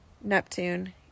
Neptune